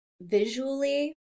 visually